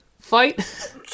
fight